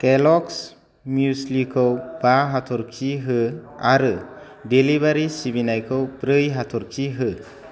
केलक्स मिस्लिखौ बा हाथर्खि हो आरो डेलिबारि सिबिनायखौ ब्रै हाथर्खि हो